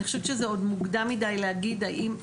אני חושבת שזה עוד מוקדם מדי להגיד האם,